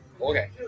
Okay